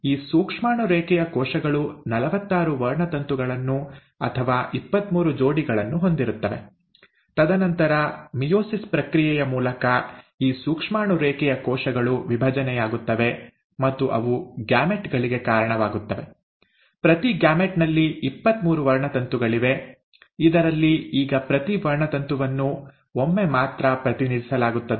ಆದ್ದರಿಂದ ಈ ಸೂಕ್ಷ್ಮಾಣು ರೇಖೆಯ ಕೋಶಗಳು ನಲವತ್ತಾರು ವರ್ಣತಂತುಳನ್ನು ಅಥವಾ ಇಪ್ಪತ್ಮೂರು ಜೋಡಿಗಳನ್ನು ಹೊಂದಿರುತ್ತವೆ ತದನಂತರ ಮಿಯೋಸಿಸ್ ಪ್ರಕ್ರಿಯೆಯ ಮೂಲಕ ಈ ಸೂಕ್ಷ್ಮಾಣು ರೇಖೆಯ ಕೋಶಗಳು ವಿಭಜನೆಯಾಗುತ್ತವೆ ಮತ್ತು ಅವು ಗ್ಯಾಮೆಟ್ ಗಳಿಗೆ ಕಾರಣವಾಗುತ್ತವೆ ಪ್ರತಿ ಗ್ಯಾಮೆಟ್ ನಲ್ಲಿ ಇಪ್ಪತ್ಮೂರು ವರ್ಣತಂತುಗಳಿವೆ ಇದರಲ್ಲಿ ಈಗ ಪ್ರತಿ ವರ್ಣತಂತುವನ್ನು ಒಮ್ಮೆ ಮಾತ್ರ ಪ್ರತಿನಿಧಿಸಲಾಗುತ್ತದೆ